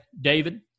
David